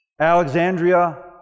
Alexandria